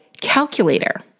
calculator